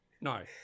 no